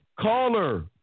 caller